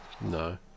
No